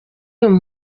uyu